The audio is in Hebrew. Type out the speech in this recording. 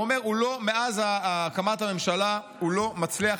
והוא אומר שמאז הקמת הממשלה הוא לא מצליח